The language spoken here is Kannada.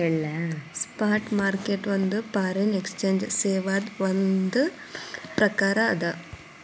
ಸ್ಪಾಟ್ ಮಾರ್ಕೆಟ್ ಒಂದ್ ಫಾರಿನ್ ಎಕ್ಸ್ಚೆಂಜ್ ಸೇವಾದ್ ಒಂದ್ ಪ್ರಕಾರ ಅದ